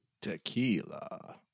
Tequila